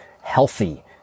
healthy